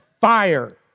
fire